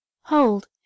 Hold